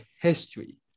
history